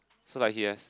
so like he has